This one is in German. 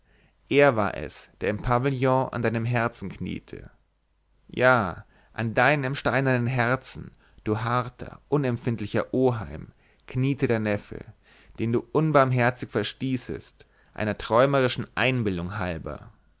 er war es der im pavillon an dem herzen kniete ja an deinem steinernen herzen du harter unempfindlicher oheim kniete der neffe den du unbarmherzig verstießest einer träumerischen einbildung halber